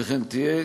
וכן תהיה